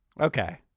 Okay